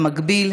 במקביל,